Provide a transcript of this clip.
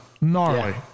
Gnarly